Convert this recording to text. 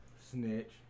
Snitch